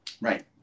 Right